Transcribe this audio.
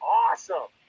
awesome